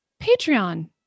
Patreon